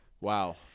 Wow